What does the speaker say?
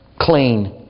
clean